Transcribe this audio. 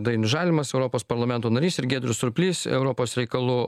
dainius žalimas europos parlamento narys ir giedrius surplys europos reikalų